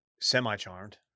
Semi-charmed